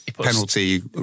penalty